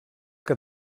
que